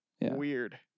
Weird